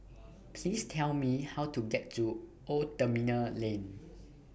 Please Tell Me How to get to Old Terminal Lane